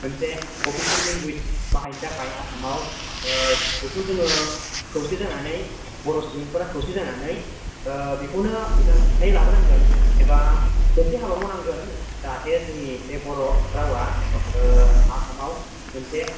मोनसे official language बाहायनो थाखाय आसामाव बेखौ जोङो खौसे जानानै बर' सुबुंफोरा खौसे जानानै बेखौनो जांख्रिथाय लाबोनांगोन एबा एसे हाबा मावनांगोन जाहाथे जोंनि बे बर' रावआ आसामाव मोनसे